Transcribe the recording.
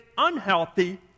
unhealthy